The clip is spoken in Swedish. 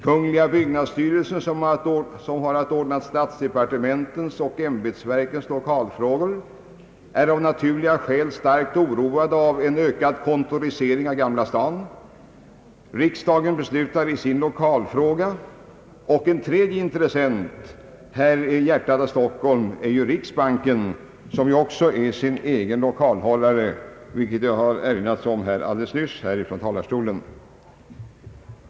Kungl. byggnadsstyrelsen som har att ordna statsdepartementens och ämbetsverkens lokalfrågor är av naturliga skäl starkt oroad av en ökad kontorisering av Gamla stan. Riksdagen beslutar i sin lokalfråga och en tredje intressent här i bjärtat av Stockholm är riksbanken som också är sin egen lokalhållare, vilket det har erinrats om alldeles nyss.